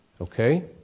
Okay